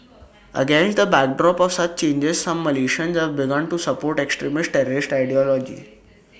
against the backdrop of such changes some Malaysians have begun to support extremist terrorist ideology